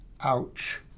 ouch